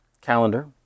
calendar